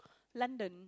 London